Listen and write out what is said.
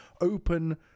open